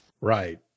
Right